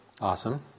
awesome